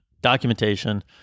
documentation